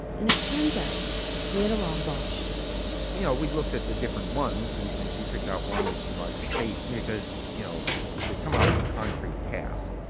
and it turns out they had a lot of options we'd looked at the different ones and and she picked out one that she liked the face. because you know they come out of a concrete cast,